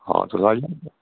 हां तुस आई